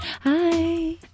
Hi